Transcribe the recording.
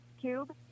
Cube